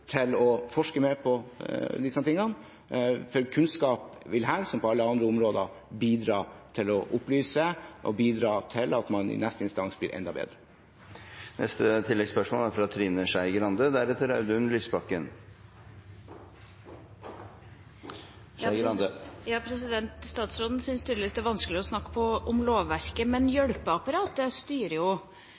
til å forske mer på disse tingene, for kunnskap vil her – som på alle andre områder – bidra til å opplyse og til at man i neste instans blir enda bedre. Trine Skei Grande – til oppfølgingsspørsmål. Statsråden syns tydeligvis det er vanskelig å snakke om lovverket, men hjelpeapparatet styrer jo